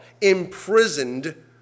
imprisoned